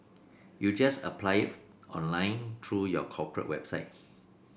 you just apply it online through your corporate website